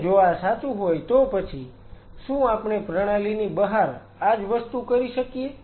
અને જો આ સાચું હોય તો પછી શું આપણે પ્રણાલીની બહાર આજ વસ્તુ કરી શકીએ